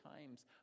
times